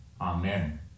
Amen